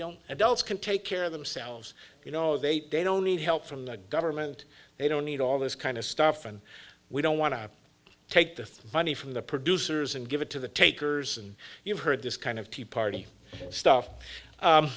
don't adults can take care of themselves you know they don't need help from the government they don't need all this kind of stuff and we don't want to take the money from the producers and give it to the takers and you've heard this kind of tea party stuff